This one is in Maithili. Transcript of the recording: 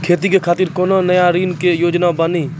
खेती के खातिर कोनो नया ऋण के योजना बानी?